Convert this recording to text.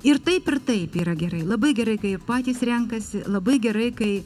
ir taip ir taip yra gerai labai gerai kai patys renkasi labai gerai kai